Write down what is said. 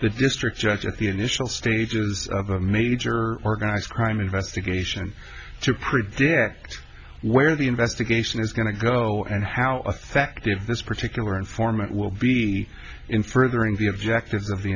the district judge at the initial stages of a major organized crime investigation to predict where the investigation is going to go and how affective this particular informant will be in furthering the objectives of the